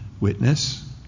witness